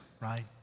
right